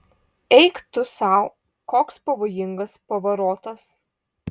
eik tu sau koks pavojingas pavarotas